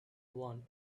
one